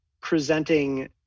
presenting